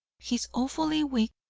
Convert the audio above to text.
he is awfully weak,